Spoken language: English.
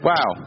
Wow